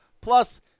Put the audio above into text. Plus